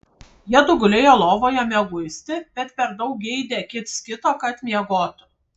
jiedu gulėjo lovoje mieguisti bet per daug geidė kits kito kad miegotų